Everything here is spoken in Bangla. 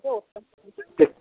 ও